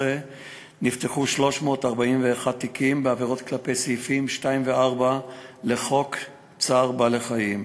נפתחו 341 תיקים בעבירות לפי סעיפים 2 ו-4 לחוק צער בעלי-חיים